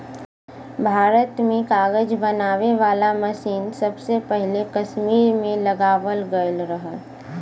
भारत में कागज बनावे वाला मसीन सबसे पहिले कसमीर में लगावल गयल रहल